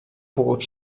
pogut